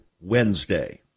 Wednesday